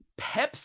Pepsi